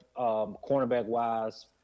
cornerback-wise